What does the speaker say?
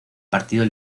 partido